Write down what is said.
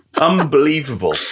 unbelievable